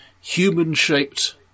human-shaped